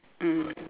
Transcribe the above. mm